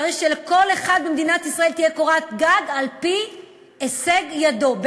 צריך שלכל אחד במדינת ישראל תהיה קורת גג על-פי הישג ידו,